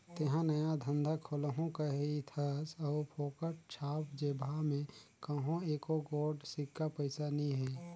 तेंहा नया धंधा खोलहू कहिथस अउ फोकट छाप जेबहा में कहों एको गोट सिक्का पइसा नी हे